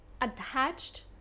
attached